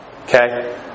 Okay